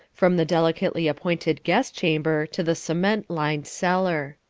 from the delicately appointed guest chamber to the cement-lined cellar.